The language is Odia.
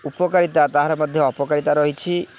ଉପକାରିତା ତାହାର ମଧ୍ୟ ଅପକାରିତା ରହିଛି